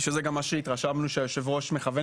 זה באמת מה שהתרשמנו שהיושב-ראש מכוון